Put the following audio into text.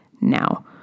now